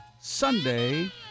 Sunday